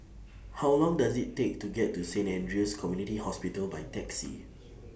How Long Does IT Take to get to Saint Andrew's Community Hospital By Taxi